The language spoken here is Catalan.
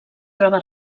troba